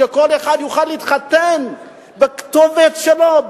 שכל אחד יוכל להתחתן בכתובת שלו,